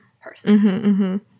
person